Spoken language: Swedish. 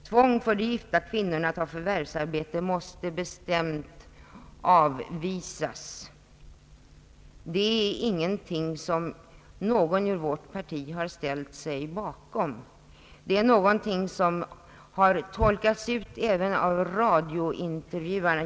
Tvång för de gifta kvinnorna att ta förvärvsarbete måste bestämt avvisas.» Detta är ingenting som någon i vårt parti har ställt sig bakom. Det är någonting som har uttolkats av radiointervjuare.